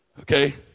Okay